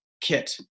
kit